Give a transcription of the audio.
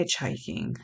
hitchhiking